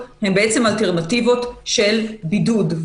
כרגע כל המדינות הן בסטטוס של מדינות אדומות בדיוק מהסיבה הזאת,